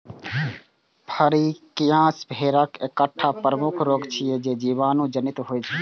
फड़कियां भेड़क एकटा प्रमुख रोग छियै, जे जीवाणु जनित होइ छै